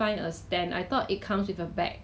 should be there lah I think it's a new product leh